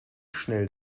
schnell